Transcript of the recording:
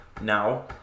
Now